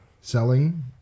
selling